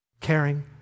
Caring